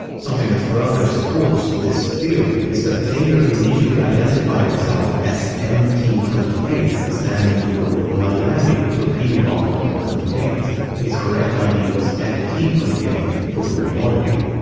something that further supports this theory is that taylor initially identified himself as mt twenty eight standing for miami torpedo bomber twenty eight. his correct id was ft twenty eight for fort lauderdale.